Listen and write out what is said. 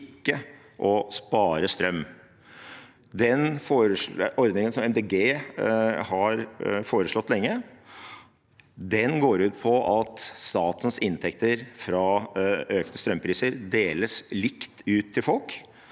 ikke å spare strøm. Den ordningen som Miljøpartiet De Grønne har foreslått lenge, går ut på at statens inntekter fra økte strømpriser deles likt ut til folk.